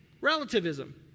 relativism